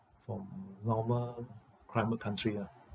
from normal climate country ah